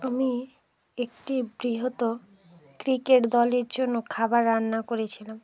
আমি একটি বৃহত্তর ক্রিকেট দলের জন্য খাবার রান্না করেছিলাম